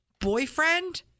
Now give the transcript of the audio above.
boyfriend